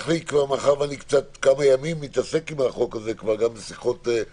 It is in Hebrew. מאחר שכבר כמה ימים אני מתעסק בחוק הזה וניהלתי שיחות גם